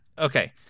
Okay